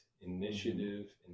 initiative